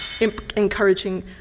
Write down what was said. encouraging